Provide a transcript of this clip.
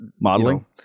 modeling